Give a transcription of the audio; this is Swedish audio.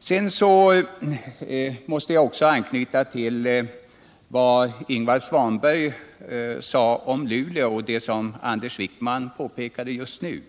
Sedan måste jag också anknyta till vad Ingvar Svanberg sade om Luleå och det som Anders Wijkman påpekade just nu.